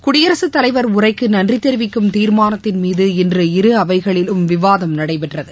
குடியரசுத் தலைவர் உரைக்கு நன்றி தெரிவிக்கும் தீர்மானத்தின்மீது இன்று இரு அவைகளிலும் விவாதம் நடைபெற்றது